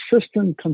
system